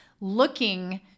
looking